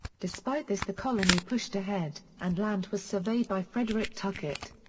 despite this the colony pushed ahead, and land was surveyed by frederick tuckett.